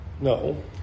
No